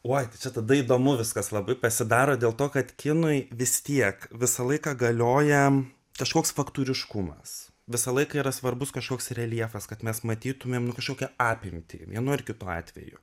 uoj tai čia tada įdomu viskas labai pasidaro dėl to kad kinui vis tiek visą laiką galioja kažkoks faktoriškumas visą laiką yra svarbus kažkoks reljefas kad mes matytumėm kažkokią apimtį vienu ar kitu atveju